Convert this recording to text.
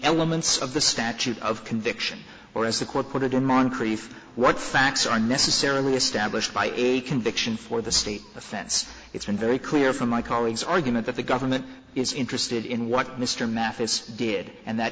elements of the statute of conviction or as the court put it or moncrief what facts are necessarily established by a conviction for the state offense it's been very clear from my colleagues argument that the government is interested in what mr mathis did and that